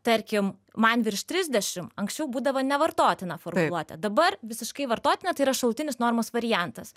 tarkim man virš trisdešimt anksčiau būdavo nevartotina formuluotė dabar visiškai vartotina tai yra šalutinis normos variantas